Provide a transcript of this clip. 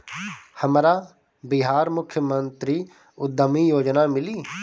हमरा बिहार मुख्यमंत्री उद्यमी योजना मिली?